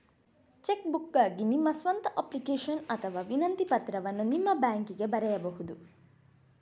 check ಬುಕ್ಗಾಗಿ ನಿಮ್ಮ ಸ್ವಂತ ಅಪ್ಲಿಕೇಶನ್ ಅಥವಾ ವಿನಂತಿ ಪತ್ರವನ್ನು ನಿಮ್ಮ ಬ್ಯಾಂಕಿಗೆ ಬರೆಯಬಹುದು